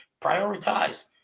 prioritize